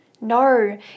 No